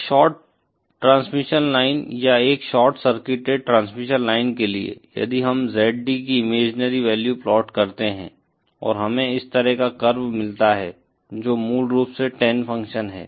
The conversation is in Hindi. एक शॉर्ट ट्रांसमिशन लाइन या एक शॉर्ट सर्किटेड ट्रांसमिशन लाइन के लिए यदि हम ZD की इमेजनरी वैल्यू प्लाट करते हैं और हमें इस तरह का कर्व मिलता है जो मूल रूप से टैन फ़ंक्शन है